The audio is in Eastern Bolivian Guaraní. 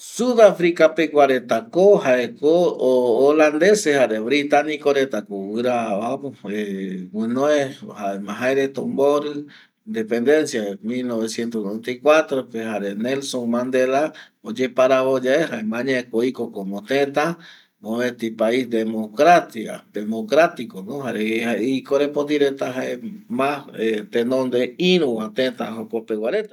Sudafrica pegua retako jaeko ho, holandese jare britanico reta ko guɨraja apo guɨnoe, jae reta omborɨ independencia re mil novecientos noventai cuatro pe jare nelson mandela oyeparavo yae jaema añae ko oiko como teta, mopeti pais democracia, democratico no jare i korepoti reta jae ma tenonde iru va teta jokopegua reta